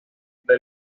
the